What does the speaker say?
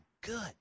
good